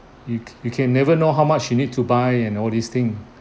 you you can never know how much you need to buy and all this thing